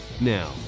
Now